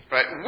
Right